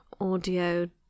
audio